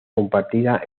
compartida